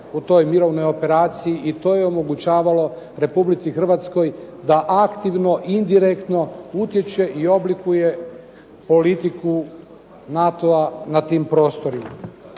u toj mirovnoj operaciji i to je omogućavalo Republici Hrvatskoj da aktivno indirektno utječe i oblikuje politiku NATO-a na tim prostorima.